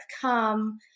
come